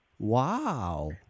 Wow